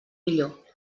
millor